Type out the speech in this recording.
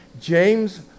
James